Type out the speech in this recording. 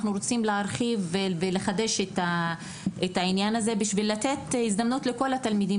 אנחנו רוצים להרחיב ולחדש את העניין הזה כדי לתת הזדמנות לכל התלמידים